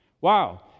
Wow